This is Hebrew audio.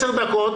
10 דקות,